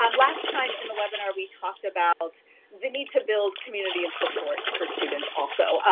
um last time, in the webinar, we talked about the need to build community and support for students. also.